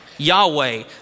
Yahweh